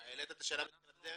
העלית את השאלה בתחילת הדרך.